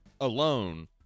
alone